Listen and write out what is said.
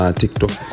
tiktok